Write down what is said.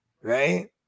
right